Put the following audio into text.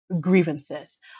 grievances